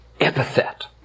epithet